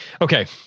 okay